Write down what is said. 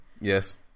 Yes